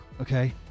okay